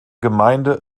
gemeinde